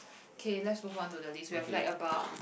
okay let's move on to the list we've like about